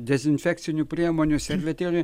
dezinfekcinių priemonių servetėlių